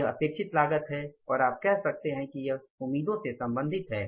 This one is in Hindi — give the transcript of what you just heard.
यह अपेक्षित लागत है और आप कह सकते हैं कि यह उम्मीदों से संबंधित है